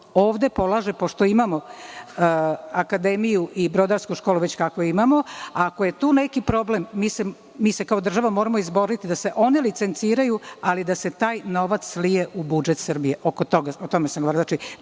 ovde polaže, pošto imamo Akademiju i brodarsku školu već kakvu imamo. Ako je tu neki problem, mi se kao država moramo izboriti da se one licenciraju, ali da se taj novac slije u budžet Srbije. O tome sam govorila. Znači,